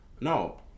no